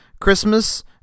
Christmas